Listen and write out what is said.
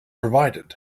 provided